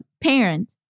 parent